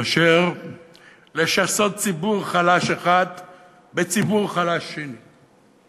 מאשר לשסות ציבור חלש אחד בציבור חלש שני?